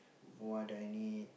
what I need